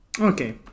Okay